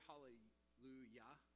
hallelujah